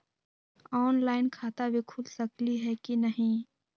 Online खाता भी खुल सकली है कि नही?